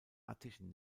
attischen